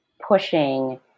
pushing